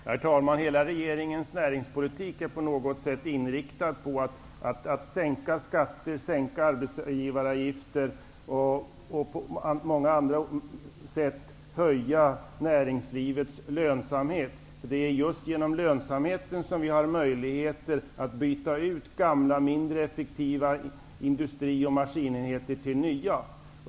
Herr talman! Regeringens näringspolitik är helt inriktad på att sänka skatter och arbetsgivaravgifter och att på många andra sätt höja näringslivets lönsamhet. Det är just genom lönsamheten som vi har möjligheter att byta ut gamla, mindre effektiva industri och maskinenheter mot nya.